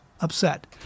upset